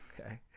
Okay